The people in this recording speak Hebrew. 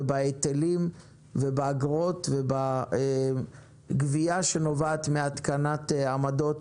בהיטלים ובאגרות וגבייה שנובעת מהתקנת עמדות